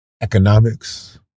economics